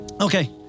Okay